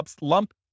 lump